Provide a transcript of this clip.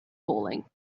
falling